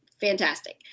fantastic